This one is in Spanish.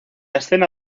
escena